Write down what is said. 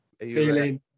Feeling